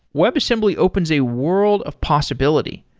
web assembly opens a world of possibility.